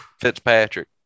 Fitzpatrick